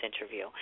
interview